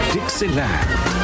Dixieland